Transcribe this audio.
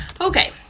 Okay